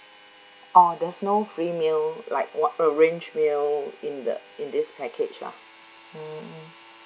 uh there's no free meal like what arranged meal in the in this package lah mmhmm